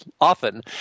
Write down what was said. often